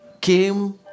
came